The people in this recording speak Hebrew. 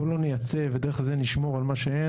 בואו לא נייצא ודרך זה נשמור על מה שאין,